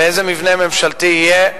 איזה מבנה ממשלתי יהיה,